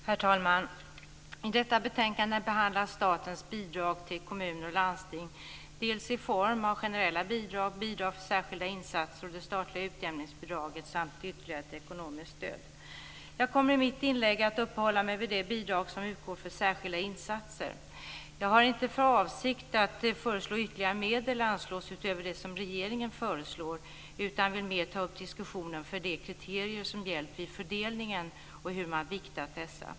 Herr talman! I detta betänkande behandlas statens bidrag till kommuner och landsting i form av generella bidrag, bidrag till särskilda insatser och det statliga utjämningsbidraget samt ytterligare ett ekonomiskt stöd. Jag kommer i mitt inlägg att uppehålla mig vid det bidrag som utgår för särskilda insatser. Jag har inte för avsikt att föreslå att ytterligare medel anslås utöver det som regeringen föreslår utan vill mer ta upp diskussionen om de kriterier som gällt vid fördelningen och hur man viktat dessa.